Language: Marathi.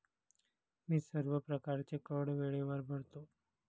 मी सर्व प्रकारचे कर वेळेवर भरतो